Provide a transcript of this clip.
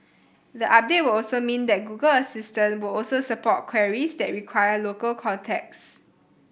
the update will also mean that Google Assistant will also support queries that require local context